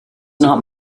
not